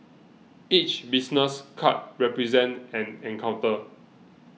each business card represents an encounter